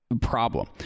problem